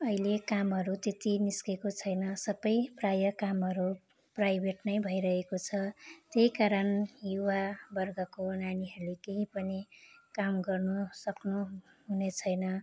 अहिले कामहरू त्यत्ति निस्केको छैन सबै प्रायः कामहरू प्राइभेट नै भइरहेको छ त्यही कारण युवावर्गको नानीहरूले केही पनि काम गर्न सक्नुहुने छैन